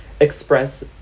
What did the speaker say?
express